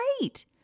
great